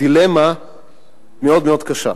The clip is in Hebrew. דילמה מאוד מאוד קשה.